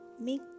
make